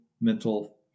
mental